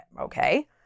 okay